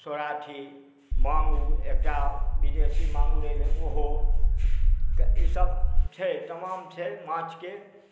सौराठी माङ्गुर एकटा विदेशी माङ्गुर छै ओहो छै तऽ ईसब छै तमाम छै माछके